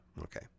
Okay